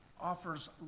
offers